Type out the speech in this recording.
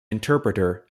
interpreter